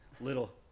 little